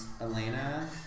Elena